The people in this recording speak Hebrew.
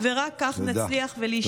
ורק כך נצליח להשתקם.